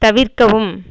தவிர்க்கவும்